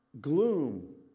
Gloom